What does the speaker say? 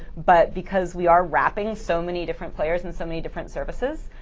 but because we are wrapping so many different players and so many different services.